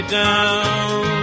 down